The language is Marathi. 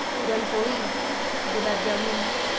पुरणपोळी गुलाबजामुन